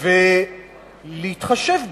ולהתחשב בהן.